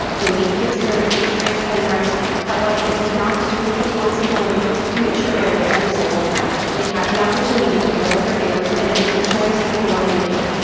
they meet kids that go to patriot and brentsville however it is not the school's responsibility to make sure they are with every single friend, they have the opportunity to go with their neighbors and it is a choice people are making.